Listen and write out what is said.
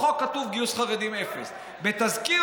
בחוק כתוב "גיוס חרדים אפס"; בתזכיר